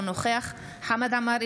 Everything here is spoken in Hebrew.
אינו נוכח חמד עמאר,